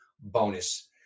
bonus